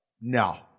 No